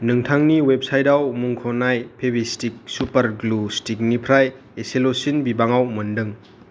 नोंथांनि वेबसाइटआव मुंख'नाय फेविस्टिक सुपार ग्लु स्टिकनिफ्राय इसेलसिन बिबाङाव मोनदों